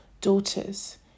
daughters